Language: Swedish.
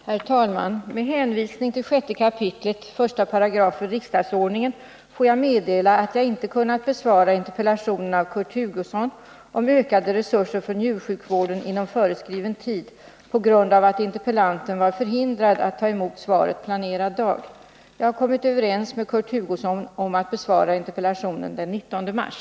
Herr talman! Med hänvisning till 6 kap. 18 riksdagsordningen får jag meddela att jag inte kunnat besvara interpellationen av Kurt Hugosson om ökade resurser för njursjukvården inom föreskriven tid på grund av att interpellanten var förhindrad att ta emot svaret planerad dag. Jag har kommit överens med Kurt Hugosson om att besvara interpellationen den 19 mars.